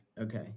Okay